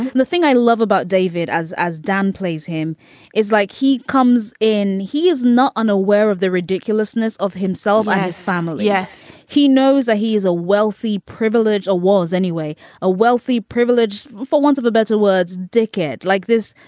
the thing i love about david as as dan plays him is like he comes in he is not unaware of the ridiculousness of himself and his family. yes he knows he is a wealthy privilege or was anyway a wealthy privileged for want of a better word dickhead like this.